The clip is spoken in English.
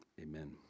amen